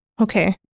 Okay